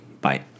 bye